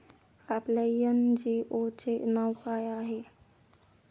आपल्या एन.जी.ओ चे नाव काय आहे?